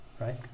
Right